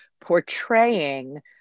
portraying